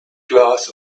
glass